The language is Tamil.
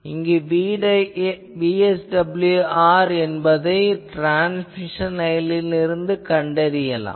எனவே VSWR என்பதை நாம் ட்ரான்ஸ்மிஷன் லைனில் இருந்து கண்டறியலாம்